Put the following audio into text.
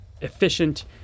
efficient